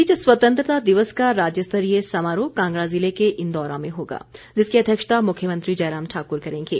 इस बीच स्वतंत्रता दिवस का राज्य स्तरीय समारोह कांगड़ा ज़िले के इंदौरा में होगा जिसकी अध्यक्षता मुख्मयंत्री जयराम ठाकुर करेंगे